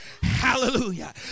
hallelujah